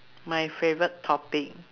my favourite topic